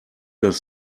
das